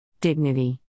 Dignity